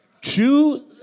chew